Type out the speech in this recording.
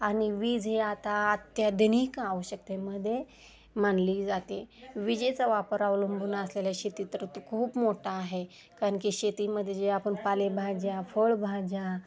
आणि वीज हे आता अत्याधुनिक आवश्यकतेमध्ये मानली जाते विजेचा वापर अवलंबून असलेल्या शेतीत तर ते खूप मोठा आहे कारण की शेतीमध्ये जे आपण पालेभाज्या फळभाज्या